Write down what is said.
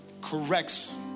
corrects